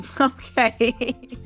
Okay